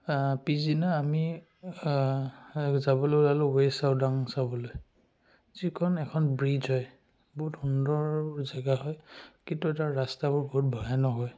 পিছদিনা আমি যাবলৈ ওলালোঁ ৱেচাউডাং চাবলৈ যিখন এখন ব্ৰিজ হয় বহুত সুন্দৰ জেগা হয় কিন্তু তাৰ ৰাস্তাবোৰ বহুত ভয়ানক হয়